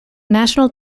national